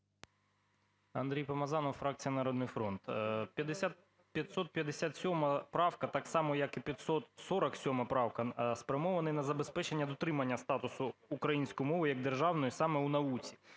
АндрійПомазанов, фракція "Народний фронт". 557 правка так само, як і 547 правка, спрямована на забезпечення дотримання статусу української мови як державної саме в науці.